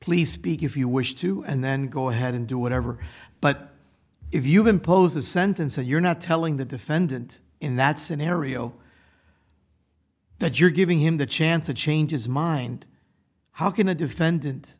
please speak if you wish to and then go ahead and do whatever but if you impose a sentence that you're not telling the defendant in that scenario that you're giving him the chance to change his mind how can a defendant